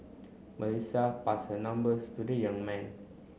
Melissa pass her numbers to the young man